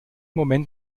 moment